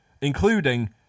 including